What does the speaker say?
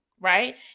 Right